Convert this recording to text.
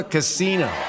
Casino